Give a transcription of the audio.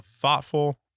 thoughtful